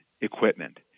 equipment